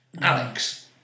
Alex